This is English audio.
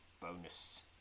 Bonus